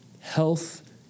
Health